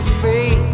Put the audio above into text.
free